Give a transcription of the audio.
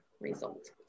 result